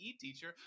teacher